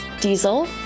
Diesel